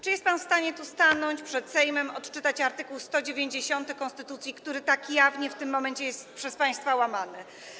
Czy jest pan w stanie stanąć tu przed Sejmem, odczytać art. 190 konstytucji, który tak jawnie w tym momencie jest przez państwa łamany?